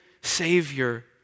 Savior